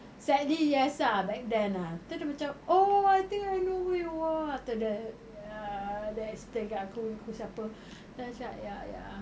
sadly yes ah back then ah terus dia macam oh I think I know who you are after that ya dia explain kat aku siapa then aku cakap ya ya